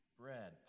bread